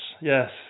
yes